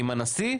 הנשיא,